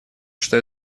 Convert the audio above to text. что